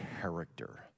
character